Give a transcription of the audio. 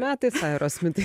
metais aerosmitai